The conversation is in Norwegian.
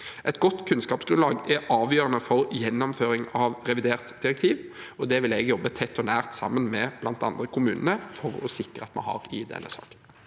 Et godt kunnskapsgrunnlag er avgjørende for gjennomføring av revidert direktiv, og det vil jeg jobbe tett og nært sammen med bl.a. kommunene for å sikre at vi har i denne saken.